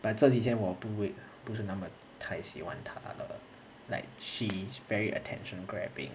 but 这几天我不会不是那么太喜欢她 like she's very attention grabbing